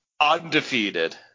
undefeated